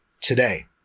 today